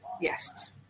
yes